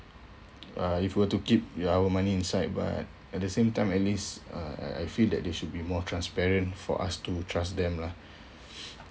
uh if you were to keep your our money inside but at the same time at least uh I I feel that they should be more transparent for us to trust them lah